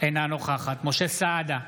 אינה נוכחת משה סעדה,